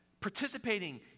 participating